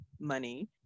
money